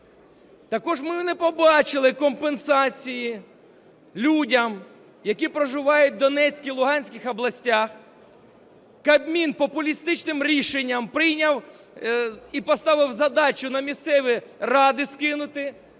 Також ми не побачили компенсації людям, які проживають в Донецькій і Луганській областях. Кабмін популістичним рішенням прийняв і поставив задачу: на місцеві ради скинути